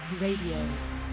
Radio